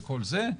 וכל זה.